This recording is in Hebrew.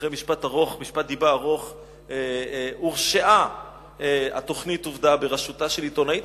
אחרי משפט דיבה ארוך הורשעה התוכנית "עובדה" בראשותה של העיתונאית,